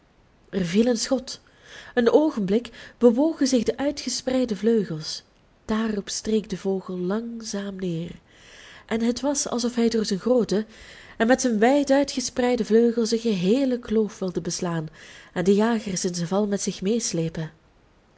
er viel een schot een oogenblik bewogen zich de uitgespreide vleugels daarop streek de vogel langzaam neer en het was alsof hij door zijn grootte en met zijn wijd uitgespreide vleugels de geheele kloof wilde beslaan en de jagers in zijn val met zich meesleepen